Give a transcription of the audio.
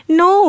no